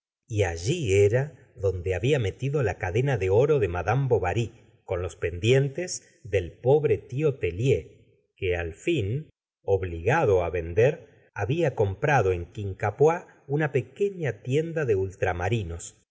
y allí era donde había metido la cadena de oro de mad bovary con los pendientes del pobre tío tellier que al fin obligado á vender había comprado en quincampoix una pequeña tienda de ultramarinos